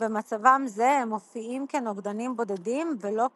- במצבם זה הם מופיעים כנוגדנים בודדים ולא כפנטמרים.